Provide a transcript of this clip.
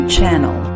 Channel